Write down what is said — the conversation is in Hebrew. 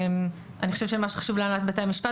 אני חושבת שמה שחשוב להנהלת בתי-המשפט